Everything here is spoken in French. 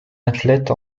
athlète